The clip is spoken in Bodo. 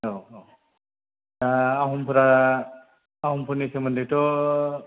औ औ दा आहमफोरा आहमफोरनि सोमोन्दैथ'